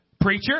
preacher